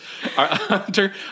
Hunter